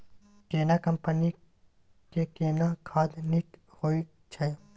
केना कंपनी के केना खाद नीक होय छै?